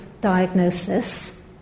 diagnosis